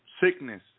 Sickness